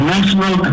National